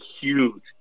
huge